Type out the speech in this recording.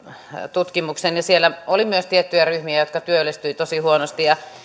tutkimukseen ja siellä oli myös tiettyjä ryhmiä jotka työllistyivät tosi huonosti